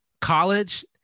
college